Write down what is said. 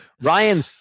ryan